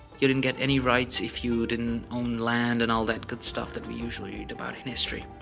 you didn't get any rights if you didn't own land and all that good stuff that we usually read about in history.